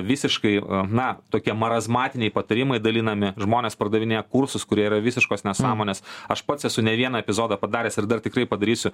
visiškai na tokie marazmatiniai patarimai dalinami žmonės pardavinėja kursus kurie yra visiškos nesąmonės aš pats esu ne vieną epizodą padaręs ir dar tikrai padarysiu